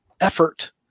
effort